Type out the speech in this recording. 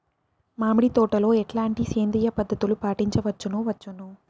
మామిడి తోటలో ఎట్లాంటి సేంద్రియ పద్ధతులు పాటించవచ్చును వచ్చును?